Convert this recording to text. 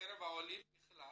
בקרב העולים בכלל